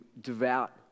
devout